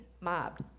mobbed